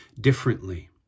differently